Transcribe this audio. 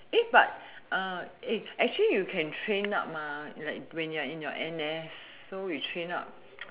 but uh actually you can train up nah you like when you are in your N_S so you train up